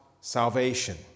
salvation